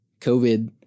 COVID